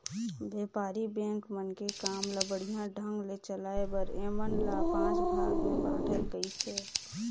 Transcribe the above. बेपारी बेंक मन के काम ल बड़िहा ढंग ले चलाये बर ऐमन ल पांच भाग मे बांटल गइसे